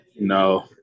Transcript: No